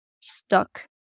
stuck